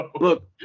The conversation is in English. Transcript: Look